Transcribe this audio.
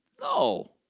No